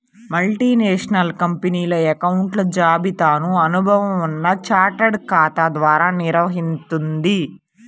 multinational కంపెనీలు అకౌంట్ల జాబితాను అనుభవం ఉన్న చార్టెడ్ ఖాతా ద్వారా నిర్వహిత్తుంది